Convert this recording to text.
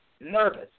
nervous